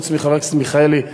חוץ מחבר הכנסת מיכאלי,